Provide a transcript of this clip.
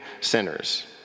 sinners